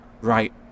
Right